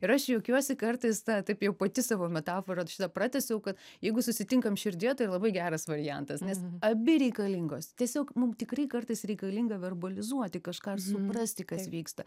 ir aš juokiuosi kartais taip jau pati savo metaforą šitą pratęsiau kad jeigu susitinkam širdyje tai labai geras variantas nes abi reikalingos tiesiog mum tikrai kartais reikalinga verbalizuoti kažką suprasti kas vyksta